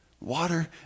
Water